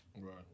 Right